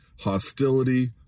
hostility